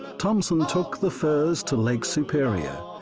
thompson took the furs to lake superior,